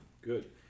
good